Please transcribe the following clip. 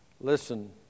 Listen